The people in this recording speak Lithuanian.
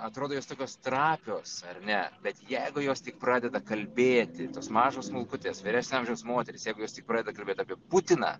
atrodo jos tokios trapios ar ne bet jeigu jos tik pradeda kalbėti tos mažos smulkutės vyresnio amžiaus moterys jeigu jos tik pradeda kalbėt apie putiną